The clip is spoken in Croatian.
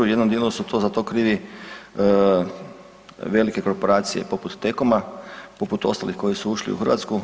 U jednom dijelu su za to krivi velike korporacije poput T-coma, poput ostalih koji su ušli u Hrvatsku.